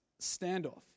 standoff